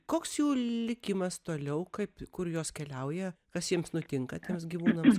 koks jų likimas toliau kaip kur jos keliauja kas jiems nutinka tiems gyvūnams